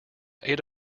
eight